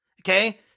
Okay